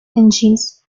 engines